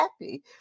happy